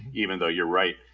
even though you're right.